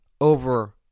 over